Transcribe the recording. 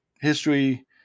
history